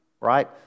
Right